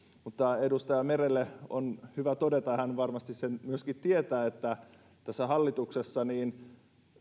edustaja merelle on hyvä todeta hän varmasti sen myöskin tietää että tässä hallituksessa